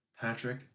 patrick